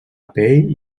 pell